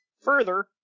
Further